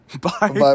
Bye